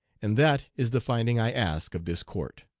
and that is the finding i ask of this court.